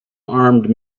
armed